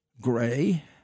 Gray